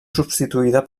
substituïda